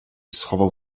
schował